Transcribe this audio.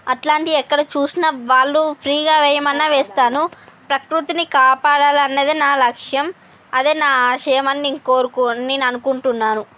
అట్లాంటి ఎక్కడ చూసినా వాళ్ళు ఫ్రీగా వెయ్యమన్న వేస్తాను ప్రకృతిని కాపాడాలి అన్నది నా లక్ష్యం అదే నా ఆశయం అని నేను కోరుకో అని నేను అనుకుంటున్నాను